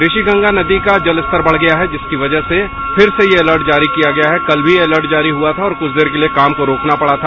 ऋषि गंगा नंदी का जलस्तर बढ़ गया है इसकी वजह से फिर से यह अलर्ट जारी किया गया है कल भी अलर्ट जारी हुआ था और कुछ देर के लिए काम को रोकना पड़ा था